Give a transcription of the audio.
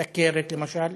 סוכרת למשל,